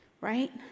Right